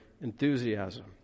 enthusiasm